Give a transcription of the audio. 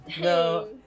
no